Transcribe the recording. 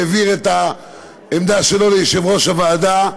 והעביר את העמדה שלו ליושב-ראש הוועדה,